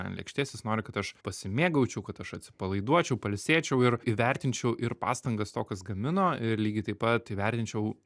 ant lėkštės jis nori kad aš pasimėgaučiau kad aš atsipalaiduočiau pailsėčiau ir įvertinčiau ir pastangas to kas gamino ir lygiai taip pat įvertinčiau